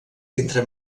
entre